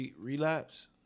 relapse